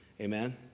Amen